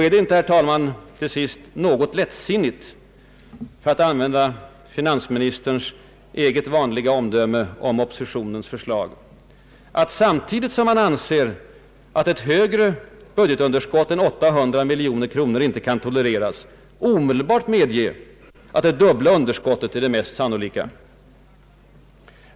Är det inte, herr talman, något ”lätt sinnigt” — för att använda finansministerns eget vanliga omdöme om oppositionens förslag — att samtidigt som han anser att ett högre budgetunderskott än 800 miljoner kronor inte kan tolereras, omedelbart medge att det dubbla underskottet är det mest sannolika?